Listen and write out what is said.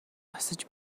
босож